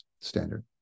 standard